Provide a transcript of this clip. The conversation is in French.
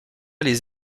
les